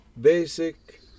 basic